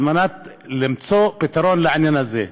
על מנת למצוא פתרון לעניין הזה.